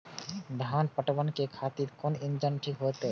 धान पटवन के खातिर कोन इंजन ठीक होते?